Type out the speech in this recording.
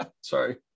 sorry